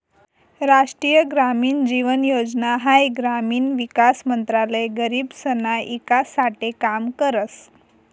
राष्ट्रीय ग्रामीण जीवन योजना हाई ग्रामीण विकास मंत्रालय गरीबसना ईकास साठे काम करस